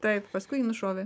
taip paskui jį nušovė